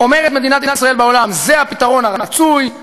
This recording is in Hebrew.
אומרת מדינת ישראל בעולם: זה הפתרון הרצוי,